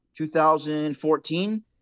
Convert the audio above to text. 2014